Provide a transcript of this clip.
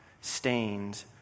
stained